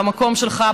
במקום שלך,